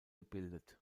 gebildet